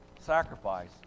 sacrifice